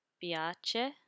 Piace